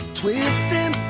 twisting